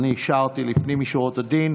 אני אישרתי לפנים משורת הדין